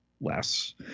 less